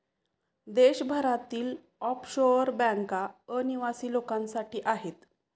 देशभरातील ऑफशोअर बँका अनिवासी लोकांसाठी आहेत